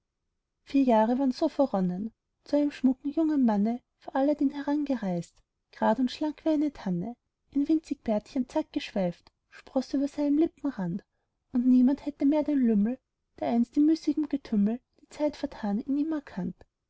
vier jahre waren so verronnen zu einem schmucken jungen manne war aladdin herangereist gerad und schlank wie eine tanne ein winzig bärtchen zart geschweift sproß über seinem lippenrand und niemand hätte mehr den lümmel der einst in müßigem getümmel die zeit vertan in ihm erkannt